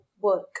work